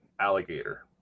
alligator